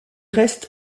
reste